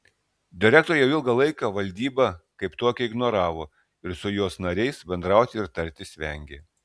direktorė jau ilgą laiką valdybą kaip tokią ignoravo ir su jos nariais bendrauti ir tartis vengė